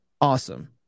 awesome